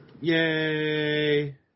Yay